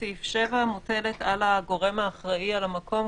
סעיף 7 מוטלת על הגורם האחראי על המקום,